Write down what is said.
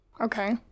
Okay